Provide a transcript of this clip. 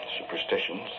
superstitions